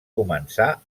començar